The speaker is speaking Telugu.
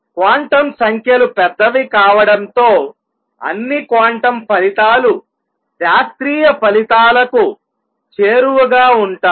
క్వాంటం సంఖ్యలు పెద్దవి కావడంతో అన్ని క్వాంటం ఫలితాలు శాస్త్రీయ ఫలితాలకు చేరువగా ఉంటాయి